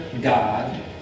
God